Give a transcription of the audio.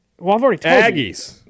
Aggies